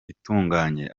itunganye